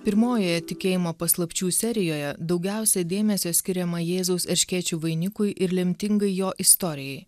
pirmojoje tikėjimo paslapčių serijoje daugiausia dėmesio skiriama jėzaus erškėčių vainikui ir lemtingai jo istorijai